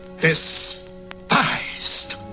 despised